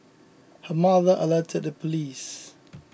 her mother alerted the police